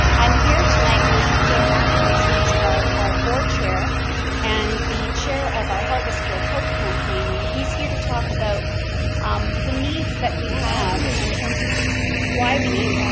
i'm here tonight with joe matthews, who's our our board chair and the chair of our help us build hope campaign, and he's here to talk about um the needs that we have in terms of why we need,